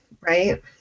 Right